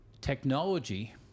Technology